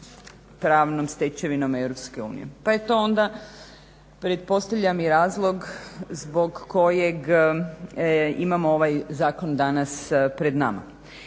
pravnom stečevinom Europske unije pa je to onda pretpostavljam i razlog zbog kojeg imamo ovaj zakon danas pred nama.